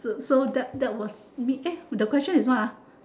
so so that that was me eh the question is what